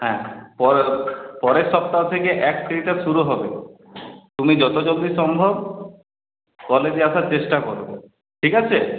হ্যাঁ পরের পরের সপ্তাহ থেকে অ্যাক্ট থ্রিটা শুরু হবে তুমি যত জলদি সম্ভব কলেজে আসার চেষ্টা করো ঠিক আছে